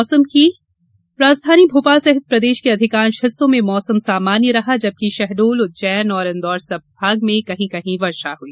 मौसम राजधानी भोपाल सहित प्रदेश के अधिकांश हिस्सों में मौसम सामान्य रहा जबकि शहडोल उज्जैन और इंदौर संभाग में कहीं कहीं वर्षा हुई